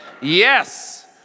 yes